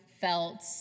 felt